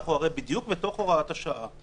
בדיוק בתוך הוראת השעה.